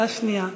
11 בעד,